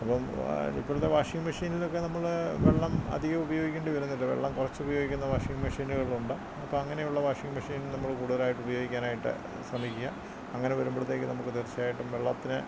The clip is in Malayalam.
അപ്പം ഇപ്പോഴത്തെ വാഷിംഗ് മെഷിനിലൊക്കെ നമ്മൾ വെള്ളം അധികം ഉപയോഗിക്കേണ്ടി വരുന്നില്ല വെള്ളം കുറസിച്ച ഉപയോഗിക്കുന്ന വാഷിംഗ് മെഷിനികളുണ്ട് അപ്പം അങ്ങനെയുള്ള വാഷിംഗ് മെഷിനികൾ നമ്മൾ കൂടുതലായിട്ട് ഉപയോഗിക്കാനായിട്ട് ശ്രമിക്കുക അങ്ങനെ വരുമ്പോഴത്തേക്കും നമുക്ക് തീര്ച്ചയായിട്ടും വെള്ളത്തിന്